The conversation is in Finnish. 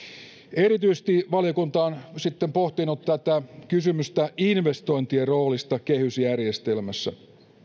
erityisesti valiokunta on sitten pohtinut kysymystä investointien roolista kehysjärjestelmässä